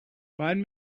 find